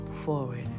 forward